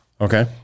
Okay